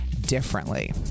differently